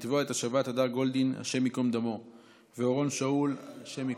לתבוע את השבת הדר גולדין הי"ד ואורון שאול הי"ד.